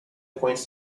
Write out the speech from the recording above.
points